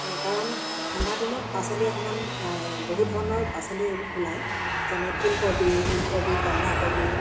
কাৰণ ঠাণ্ডাদিনত পাচলি অকণমান বহু ধৰণৰ পাচলি ওলায় যেনে ফুলকবি ওলকবি বন্ধাকবি